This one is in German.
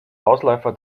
ausläufer